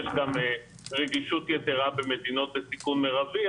יש גם רגישות יתרה במדינות בסיכון מירבי,